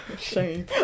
Shame